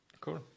Cool